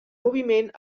moviment